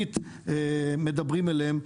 הערבית מדברת אליהם.